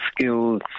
skills